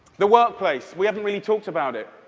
the workplace, we haven't really talked about it.